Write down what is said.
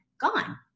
gone